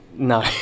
No